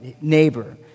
neighbor